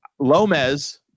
Lomez